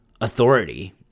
authority